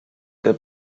der